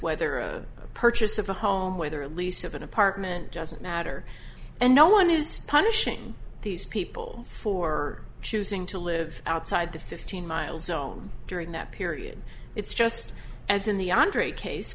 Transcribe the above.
whether a purchase of a home whether a lease of an apartment doesn't matter and no one is punishing these people for choosing to live outside the fifteen miles own during that period it's just as in the andrzej case